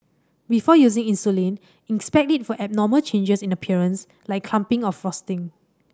before using insulin inspect it for abnormal changes in appearance like clumping or frosting